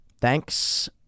thanks